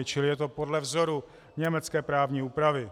Čili je to podle vzoru německé právní úpravy.